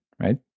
right